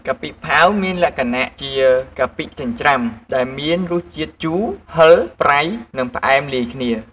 កាពិផាវ មានលក្ខណៈជាកាពិចិញ្ច្រាំដែលមានរសជាតិជូរ ហឹរ ប្រៃ និងផ្អែមលាយគ្នា។